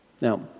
Now